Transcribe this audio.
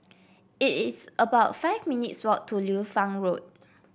it is about five minutes' walk to Liu Fang Road